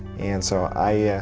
and so i yeah